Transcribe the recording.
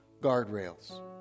guardrails